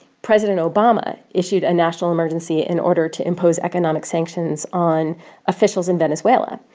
president obama issued a national emergency in order to impose economic sanctions on officials in venezuela.